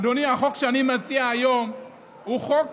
אדוני, החוק שאני מציע היום הוא חוק